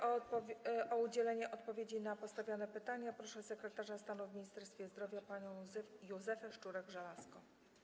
O udzielenie odpowiedzi na postawione pytania proszę sekretarz stanu w Ministerstwie Zdrowia panią Józefę Szczurek-Żelazko.